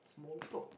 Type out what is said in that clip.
small talk